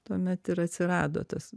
tuomet ir atsirado tas